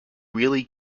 really